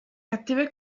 cattive